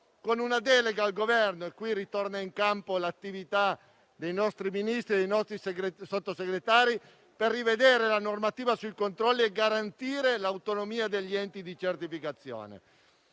con una delega al Governo - e qui ritorna in campo l'attività dei nostri Ministri e dei nostri Sottosegretari - per rivedere la normativa sui controlli e garantire l'autonomia degli enti di certificazione.